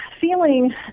feeling